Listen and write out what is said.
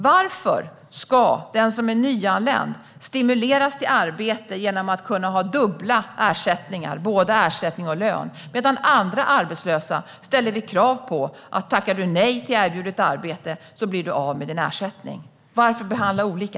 Varför ska den som är nyanländ stimuleras till arbete genom att kunna ha dubbla ersättningar, både ersättning och lön, medan vi ställer krav på andra arbetslösa? Om de tackar nej till erbjudet arbete blir de av med sin ersättning. Varför behandla olika?